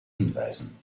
hinweisen